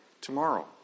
tomorrow